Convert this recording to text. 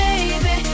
Baby